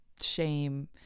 shame